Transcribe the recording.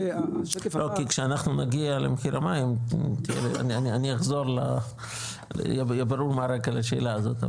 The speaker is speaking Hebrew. כי כשאנחנו נגיע למחיר המים אני ויהיה ברור מה הרקע לשאלה הזאת,